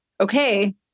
okay